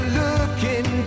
looking